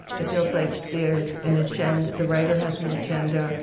it feels like there's an agenda, the writer has an agenda.